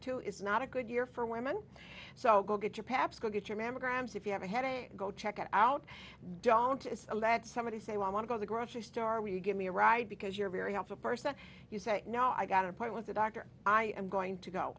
two is not a good year for women so go get your paps go get your mammograms if you have a headache go check it out don't it's a lead somebody say well i want to go the grocery store or you give me a ride because you're very helpful person you say no i got an appointment the doctor i am going to go